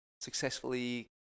successfully